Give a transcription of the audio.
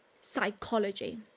psychology